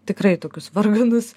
tikrai tokius varganus